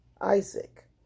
Isaac